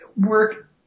work